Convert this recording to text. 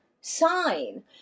sign